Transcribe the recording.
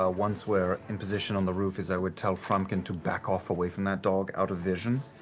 ah once we're in position on the roof, is i would tell frumpkin to back off away from that dog, out of vision,